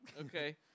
Okay